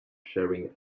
sharing